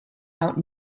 out